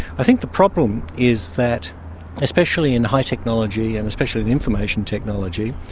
i think the problem is that especially in high technology and especially in information technology,